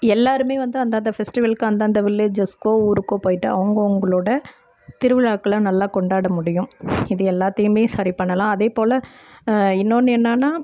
எல்லோருமே வந்து அந்தந்த ஃபெஸ்டிவல்க்கு அந்தந்த வில்லேஜஸ்க்கோ ஊருக்கோ போயிட்டு அவங்கவுங்களோட திருவிழாக்களை நல்லா கொண்டாட முடியும் இது எல்லாத்தையுமே சரி பண்ணலாம் அதேபோல் இன்னொன்று என்னென்னா